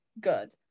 good